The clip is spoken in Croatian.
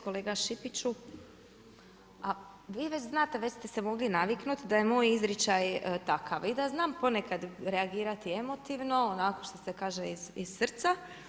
Kolega Šipiću, a vi već znate, već ste se mogli naviknuti da je moj izričaj takav i da znam ponekad reagirati emotivno, onako što se zna iz srca.